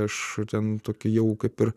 aš ten tokie jau kaip ir